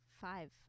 five